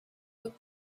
with